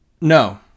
No